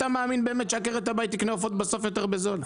אתה מאמין באמת שעקרת הבית תקנה עופות בסוף יותר בזול?